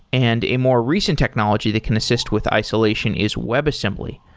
and a more recent technology that can assist with isolation is webassembly,